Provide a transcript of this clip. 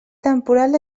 temporal